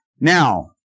Now